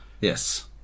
yes